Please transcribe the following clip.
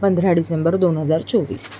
पंधरा डिसेंबर दोन हजार चोवीस